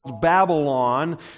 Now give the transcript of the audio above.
Babylon